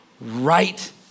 Right